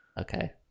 Okay